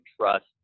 trust